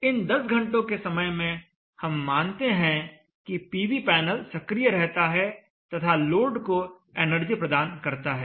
इन 10 घंटों के समय में हम मानते हैं कि पीवी पैनल सक्रिय रहता है तथा लोड को एनर्जी प्रदान करता है